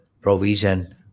provision